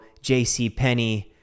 JCPenney